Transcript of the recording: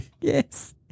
Yes